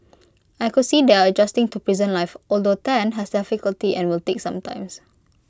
I could see they are adjusting to prison life although Tan has difficulty and will take some time